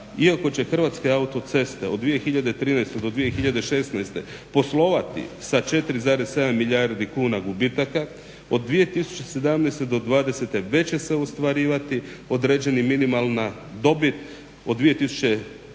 iako će Hrvatske autoceste od 2013. do 2016. poslovati sa 4,7 milijardi kuna gubitaka od 2017. do 2020. već će se ostvarivati određena minimalna dobit, a